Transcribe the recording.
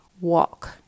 walk